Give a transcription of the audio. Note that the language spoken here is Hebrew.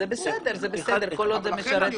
וזה בסדר, כל עוד זה משרת את הציבור.